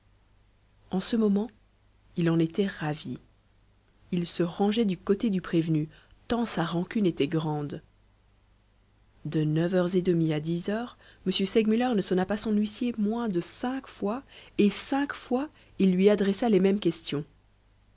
en ce moment il en était ravi il se rangeait du côté du prévenu tant sa rancune était grande de neuf heures et demie à dix heures m segmuller ne sonna pas son huissier moins de cinq fois et cinq fois il lui adressa les mêmes questions